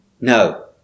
No